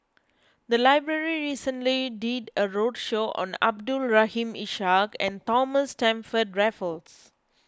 the library recently did a roadshow on Abdul Rahim Ishak and Thomas Stamford Raffles